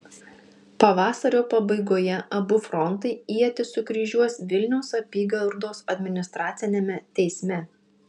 pavasario pabaigoje abu frontai ietis sukryžiuos vilniaus apygardos administraciniame teisme